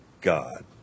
God